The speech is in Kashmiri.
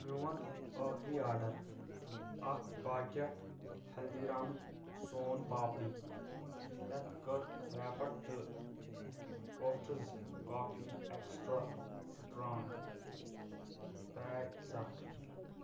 میون أخری آڈر اکھ پاکٮ۪ٹ ہلدی رامز سون پاپڈی ہٮ۪تھ کر ریپَٹ تہٕ کوتھٕز کافی اٮ۪کسٹرٛا سٹرانٛگ پیک ژٹ